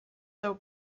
throw